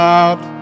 out